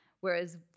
Whereas